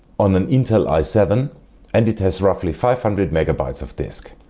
on an intel i seven and it has roughly five hundred mb and but of disk.